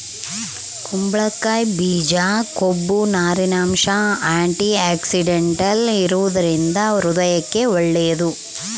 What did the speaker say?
ಕುಂಬಳಕಾಯಿ ಬೀಜ ಕೊಬ್ಬು, ನಾರಿನಂಶ, ಆಂಟಿಆಕ್ಸಿಡೆಂಟಲ್ ಇರುವದರಿಂದ ಹೃದಯಕ್ಕೆ ಒಳ್ಳೇದು